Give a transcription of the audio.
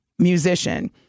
musician